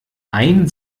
ein